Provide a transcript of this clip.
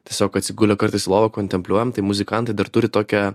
tiesiog atsigulę į lovą kontempliuojam tai muzikantai dar turi tokią